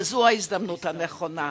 וזו ההזדמנות הנכונה,